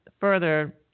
further